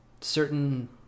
certain